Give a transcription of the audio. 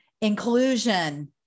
Inclusion